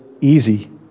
easy